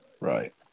Right